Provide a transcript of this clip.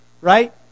Right